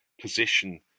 position